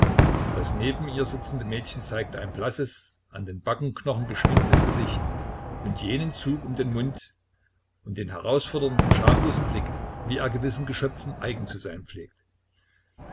das neben ihr sitzende mädchen zeigte ein blasses an den backenknochen geschminktes gesicht und jenen zug um den mund und den herausfordernden schamlosen blick wie er gewissen geschöpfen eigen zu sein pflegt